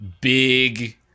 big